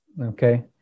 okay